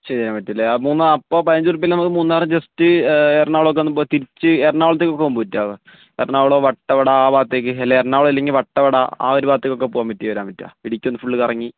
ചെയ്യാൻ പറ്റും അല്ലേ അപ്പോൾ മൂന്നാ അപ്പോൾ പതിനഞ്ച് ഉറുപ്പിയയിൽ നമുക്ക് മൂന്നാർ ജെസ്റ്റ് എറണാകുളം ഒക്കെ ഒന്ന് പോയി തിരിച്ചു എറണാകുളത്തേക്ക് പോകാൻ പറ്റുമോ എറണാകുളം വട്ടവട ആ ഭാഗത്തേക്ക് അല്ലെങ്കിൽ എറണാകുളം അല്ലെങ്കിൽ വട്ടവട ആ ഒരു ഭാഗത്തേക്കൊക്കെ പോകാൻ പറ്റി വരാൻ പറ്റുമോ ഇടുക്കിയൊന്ന് ഫുള്ള് കറങ്ങി